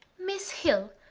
miss hill,